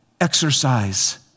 exercise